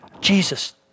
Jesus